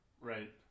right